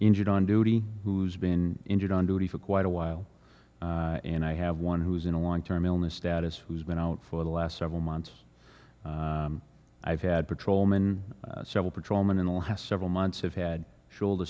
injured on duty who's been injured on duty for quite a while and i have one who's in a long term illness status who's been out for the last several months i've had patrolmen several patrolmen in the last several months have had shoulder